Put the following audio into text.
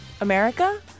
America